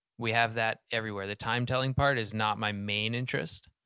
we have that everywhere. the time-telling part is not my main interest.